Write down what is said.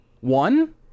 One